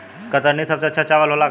कतरनी सबसे अच्छा चावल होला का?